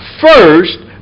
first